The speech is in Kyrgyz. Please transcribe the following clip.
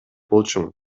болчумун